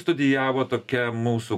studijavo tokia mūsų